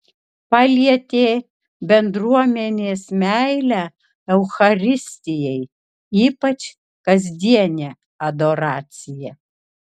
palietė bendruomenės meilė eucharistijai ypač kasdienė adoracija